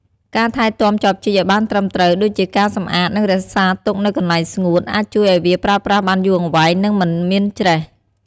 ការថែទាំចបជីកឱ្យបានត្រឹមត្រូវ ដូចជាការសម្អាត និងរក្សាទុកនៅកន្លែងស្ងួត អាចជួយឱ្យវាប្រើប្រាស់បានយូរអង្វែង និងមិនមានច្រេះ។